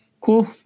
cool